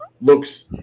looks